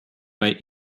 bei